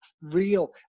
real